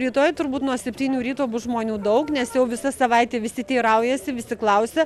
rytoj turbūt nuo septynių ryto bus žmonių daug nes jau visa savaitė visi teiraujasi visi klausia